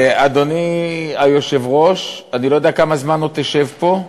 אדוני היושב-ראש, אני לא יודע כמה זמן עוד תשב פה,